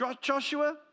Joshua